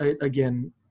again